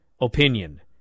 opinion